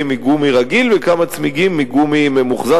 מגומי רגיל וכמה צמיגים מגומי ממוחזר,